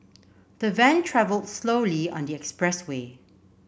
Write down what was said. the van travelled slowly on the expressway